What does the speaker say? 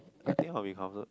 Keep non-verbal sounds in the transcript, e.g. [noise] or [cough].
[noise] I think I will be comfor~